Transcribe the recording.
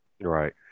Right